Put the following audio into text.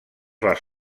les